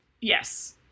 Yes